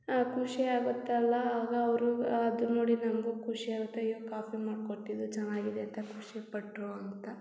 ಖುಷಿ ಆಗುತ್ತಲ್ಲ ಆಗ ಅವ್ರೂ ಅದು ನೋಡಿ ನಮಗೂ ಖುಷಿ ಆಗುತ್ತೆ ಅಯ್ಯೋ ಕಾಫಿ ಮಾಡಿಕೊಟ್ಟಿದ್ದು ಚೆನ್ನಾಗಿದೆ ಅಂತ ಖುಷಿಪಟ್ಟರು ಅಂತ